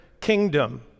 kingdom